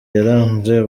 yaranze